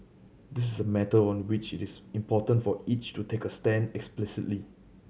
this is a matter on which it is important for each to take a stand explicitly